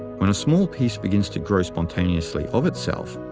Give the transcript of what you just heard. when a small piece begins to grow spontaneously of itself,